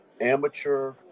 amateur